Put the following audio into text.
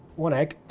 one egg